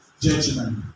judgment